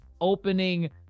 opening